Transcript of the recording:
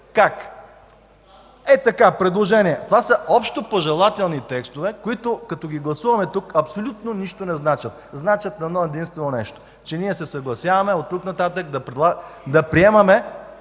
Как? Хей така – предложение! Това са общопожелателни текстове, които като ги гласуваме тук, абсолютно нищо не значат. Значат едно-единствено нещо – че ние се съгласяваме оттук нататък да приемаме,